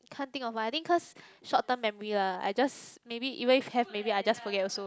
can't think of one I think cause short term memory lah I just maybe even if have maybe I just forget also